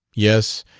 yes,